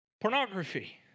Pornography